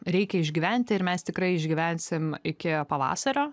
reikia išgyventi ir mes tikrai išgyvensim iki pavasario